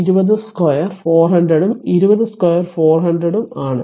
20 2 400 ഉം 20 2 ഉം 400 ആണ്